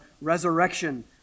resurrection